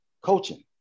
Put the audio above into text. coaching